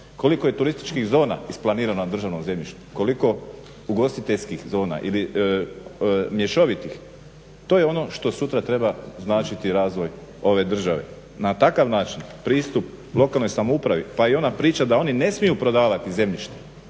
Koliko je turističkih zona isplanirano na državnom zemljištu, koliko ugostiteljskih zona ili mješovitih? To je ono što sutra treba značiti razvoj ove države. Na takav način pristup lokalnoj samoupravi pa i ona priča da oni ne smiju prodavati zemljište,